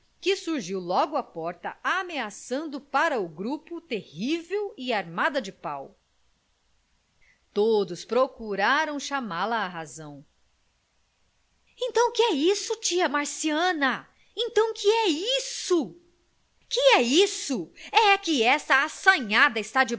que surgiu logo à porta ameaçando para o grupo terrível e armada de pau todos procuraram chamá-la à razão então que é isso tia marciana então que é isso que é isto é que esta assanhada está